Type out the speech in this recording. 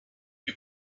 you